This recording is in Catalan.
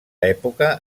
època